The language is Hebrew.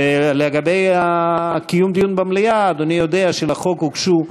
ולגבי קיום דיון במליאה, אדוני יודע שלחוק הוגשו,